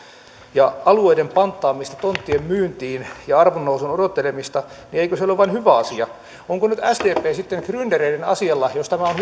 ja alueiden panttaamista tonttien myyntiin ja arvon nousun odottelemista niin eikö se ole vain hyvä asia onko sdp nyt sitten gryndereiden asialla jos tämä on